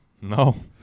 No